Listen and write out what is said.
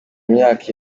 myaka